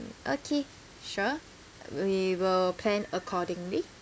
okay sure we will plan accordingly